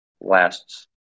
lasts